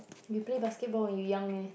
you play basketball when you young meh